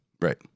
right